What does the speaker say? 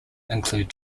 include